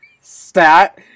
stat